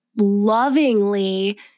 lovingly